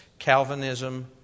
Calvinism